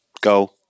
Go